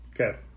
Okay